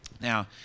Now